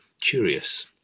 curious